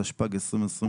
התשפ"ג-2023.